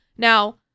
Now